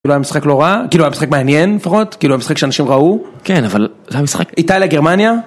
כאילו היה משחק לא רע, כאילו היה משחק מעניין לפחות, כאילו היה משחק שאנשים ראו? כן, אבל זה היה משחק... איטליה, גרמניה?